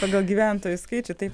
pagal gyventojų skaičių taip